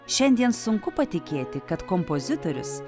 šiandien sunku patikėti kad kompozitorius